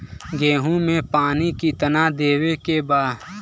गेहूँ मे पानी कितनादेवे के बा?